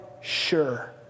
sure